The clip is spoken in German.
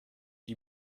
die